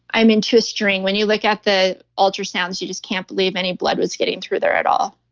i'm into a string. when you look at the ultrasounds, you just can't believe any blood was getting through there at all.